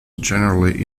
generally